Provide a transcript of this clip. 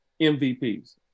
MVPs